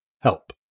Help